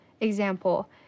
example